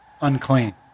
unclean